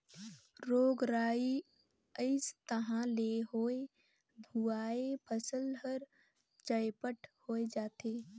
रोग राई अइस तहां ले होए हुवाए फसल हर चैपट होए जाथे